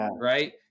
right